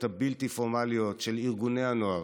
הבלתי-פורמליות של ארגוני הנוער,